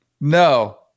No